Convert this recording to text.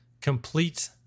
complete